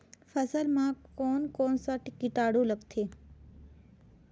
फसल मा कोन कोन सा कीटाणु लगथे?